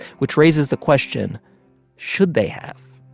which raises the question should they have?